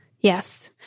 Yes